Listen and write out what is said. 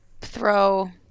Throw